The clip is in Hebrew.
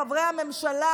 חברי הממשלה,